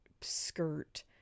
skirt